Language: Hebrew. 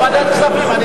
לוועדת כספים.